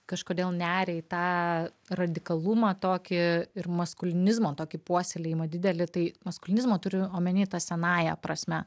kažkodėl neria į tą radikalumą tokį ir maskulinizmo tokį puoselėjimą didelį tai maskulinizmo turiu omeny tą senąja prasme